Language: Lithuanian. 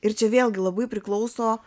ir čia vėlgi labai priklauso